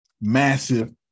massive